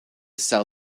sell